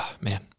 Man